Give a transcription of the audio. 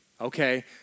Okay